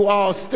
to our capital,